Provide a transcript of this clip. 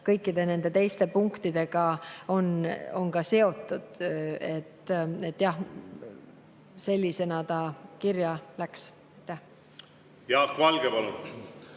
kõikide nende teiste punktidega seotud. Jah, sellisena ta kirja läks. Jaak Valge, palun!